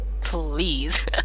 Please